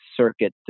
circuit